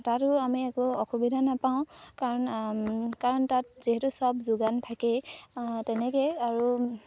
তাতো আমি একো অসুবিধা নেপাওঁ কাৰণ কাৰণ তাত যিহেতু চব যোগান থাকেই তেনেকৈয়ে আৰু